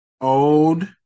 old